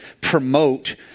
promote